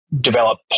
develop